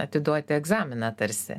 atiduoti egzaminą tarsi